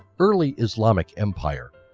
early islamic empire